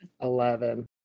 Eleven